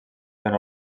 per